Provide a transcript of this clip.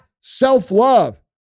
self-love